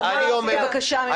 תמר, יש לי בקשה ממך.